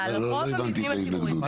אבל רוב המבנים הציבוריים --- מה?